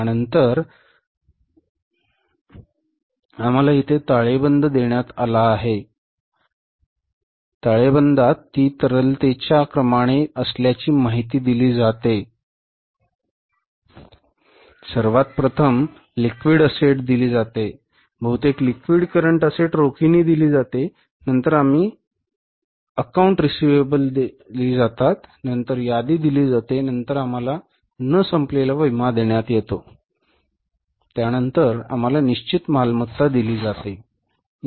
यानंतर आम्हाला येथे ताळेबंद देण्यात आला आहे ताळेबंदात ती तरलतेच्या दिली जातात नंतर यादी दिली जाते नंतर आम्हाला न संपलेला विमा देण्यात येतो त्यानंतर आम्हाला निश्चित मालमत्ता दिली जाते